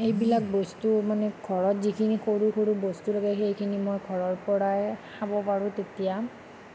সেইবিলাক বস্তু মানে ঘৰত যিখিনি সৰু সৰু বস্তু লাগে সেইখিনি মই ঘৰৰ পৰাই খাব পাৰোঁ তেতিয়া